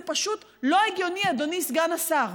זה פשוט לא הגיוני, אדוני סגן השר.